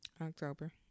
October